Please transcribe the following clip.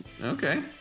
okay